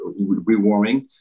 rewarming